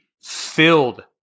filled